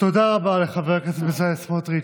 רבה לחבר הכנסת בצלאל סמוטריץ'.